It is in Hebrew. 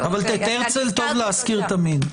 אז הזכרתם את הדגל.